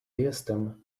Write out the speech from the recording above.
jestem